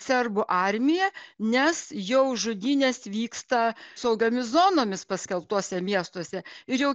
serbų armiją nes jau žudynės vyksta saugiomis zonomis paskelbtuose miestuose ir jau